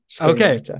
okay